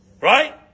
Right